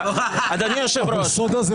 אדוני היושב-ראש, יש לי